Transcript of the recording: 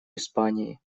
испании